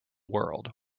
world